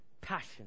passion